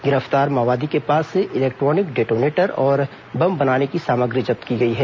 गिरफ्तार माओवादी के पास से इलेक्ट्रॉनिक डेटोनेटर और बम बनाने की सामग्री जब्त की गई है